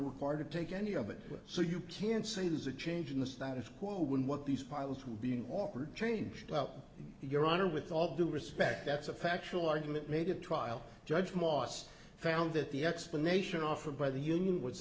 required to take any of it so you can't say there's a change in the status quo when what these pilots were being offered changed out your honor with all due respect that's a factual argument made at trial judge moss found that the explanation offered by the union was